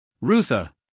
Rutha